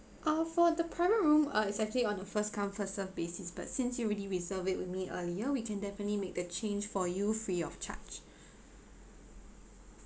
uh for the private room ah it's actually on the first come first served basis but since you already reserved it with me earlier we can definitely make the change for you free of charge